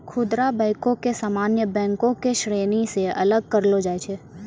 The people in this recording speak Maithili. खुदरा बैको के सामान्य बैंको के श्रेणी से अलग करलो जाय छै